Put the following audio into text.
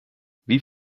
wie